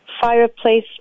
fireplace